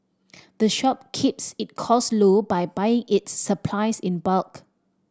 the shop keeps it cost low by buying its supplies in bulk